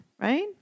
right